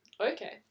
Okay